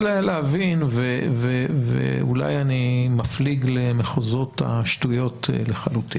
להבין ואולי אני מפליג למחוזות השטויות לחלוטין,